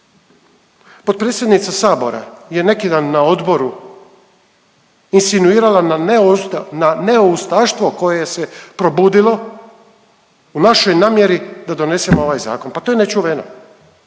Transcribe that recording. Potpredsjednica sabora je neki dan na Odboru insinuirala na neustaštvo koje se probudilo u našoj namjeri da donesemo ovaj zakon, pa to je nečuveno.